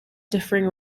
differing